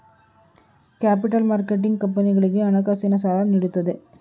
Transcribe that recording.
capital marketing ಕಂಪನಿಗಳಿಗೆ ಹಣಕಾಸಿನ ಸಾಲ ನೀಡುತ್ತದೆ